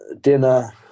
dinner